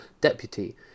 deputy